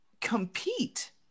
compete